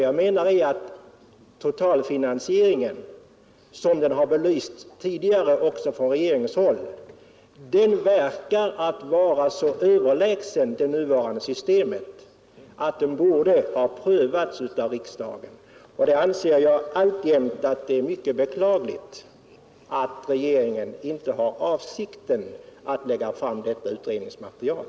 Jag menar att totalfinansieringen, som den tidigare beskrivits också från regeringshåll, verkar vara så överlägsen det nuvarande systemet att den borde ha prövats av riksdagen. Jag anser alltjämt att det är beklagligt, att regeringen inte har avsikten att lägga fram detta utredningsmaterial.